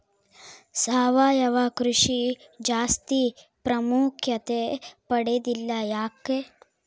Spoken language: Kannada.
ಸಾವಯವ ಕೃಷಿ ಜಾಸ್ತಿ ಪ್ರಾಮುಖ್ಯತೆ ಪಡೆದಿಲ್ಲ ಯಾಕೆ?